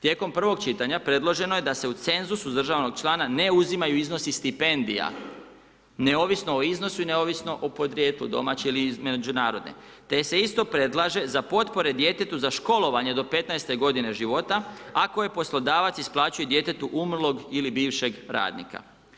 Tijekom prvog čitanja predloženo je da se u cenzusu uzdržavanog člana ne uzimaju iznosi stipendija neovisno o iznosu i neovisno o podrijetlu domaće ili međunarodne te se isto predlaže za potpore djetetu za školovanje do 15.-te godine života ako poslodavac isplaćuje djetetu umrlog ili bivšeg radnika.